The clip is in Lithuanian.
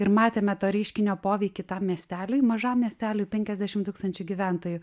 ir matėme to reiškinio poveikį tam miesteliui mažam miesteliui penkiasdešim tūkstančių gyventojų